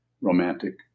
romantic